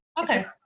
Okay